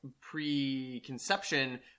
preconception